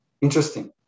Interesting